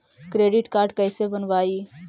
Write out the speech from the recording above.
Credit card कैसे बनवाई?